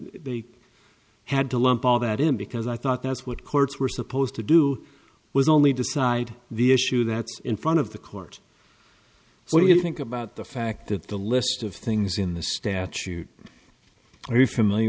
they had to lump all that in because i thought that's what courts were supposed to do was only decide the issue that's in front of the court what do you think about the fact that the list of things in the statute are you familiar